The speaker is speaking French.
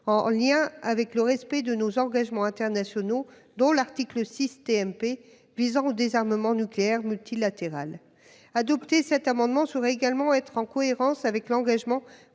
en lien avec le respect de nos engagements internationaux, dont l'article VI du TNP, visant au désarmement nucléaire multilatéral. Adopter cet amendement serait également se mettre en cohérence avec l'engagement